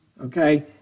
Okay